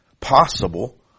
possible